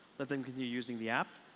let them continue using the app.